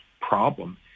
problem